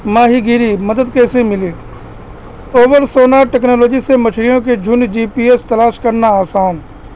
ماہی گیری مدد کیسے ملیے اوبر سوناار ٹیکنالوجی سے مچھلیوں کے جن جی پی ایس تلاش کرنا آسان